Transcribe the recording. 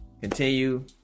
continue